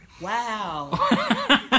Wow